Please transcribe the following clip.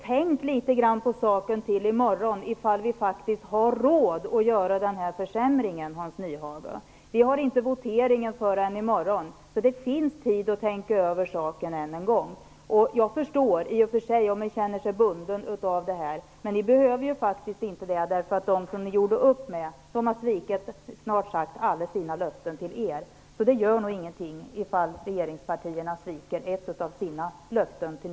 Tänk litet grand på saken till i morgon, om vi verkligen har råd att genomföra den här försämringen, Hans Nyhage. Voteringen är inte förrän i morgon, så det finns tid att tänka över saken ännu en gång. Jag kan i och för sig förstå om man känner sig bunden. Men det behöver ni faktiskt inte göra, eftersom de som ni gjorde upp med har svikit snart sagt alla sina löften till er. Så det gör nog ingenting om regeringspartierna sviker ett av sina löften till